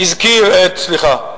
סליחה.